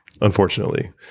Unfortunately